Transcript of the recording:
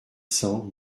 cents